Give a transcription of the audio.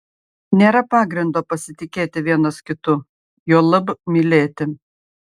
nėra pagrindo pasitikėti vienas kitu juolab mylėti